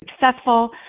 successful